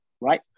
right